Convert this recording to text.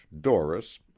Doris